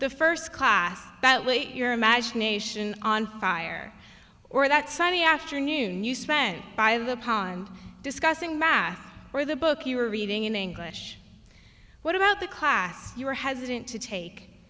the first class but wait your imagination on fire or that sunday afternoon you spent by the pond discussing math or the book you were reading in english what about the class you were hesitant to take